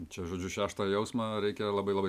čia žodžiu šeštąjį jausmą reikia labai labai